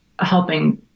helping